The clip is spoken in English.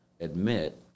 admit